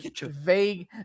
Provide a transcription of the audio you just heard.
vague